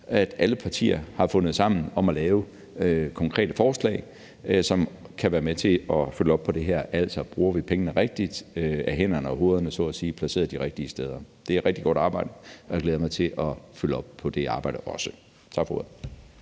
at alle partier har fundet sammen om at lave konkrete forslag, som kan være med til at følge op på det her: Bruger vi pengene rigtigt? Er hænder og hovederne så at sige placeret de rigtige steder? Det er rigtig godt arbejde, og jeg glæder mig til at følge op også på det arbejde. Tak for ordet.